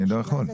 אני לא יכול.